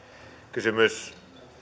kysymys